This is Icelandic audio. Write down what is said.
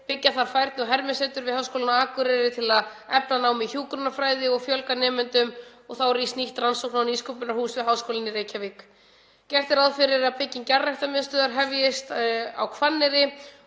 Byggja þarf færni- og hermisetur við Háskólann á Akureyri til að efla nám í hjúkrunarfræði og fjölga nemendum og þá rís nýtt rannsóknar- og nýsköpunarhús við Háskólann í Reykjavík. Gert er ráð fyrir að bygging jarðræktarmiðstöðvar hefjist á Hvanneyri